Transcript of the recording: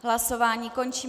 Hlasování končím.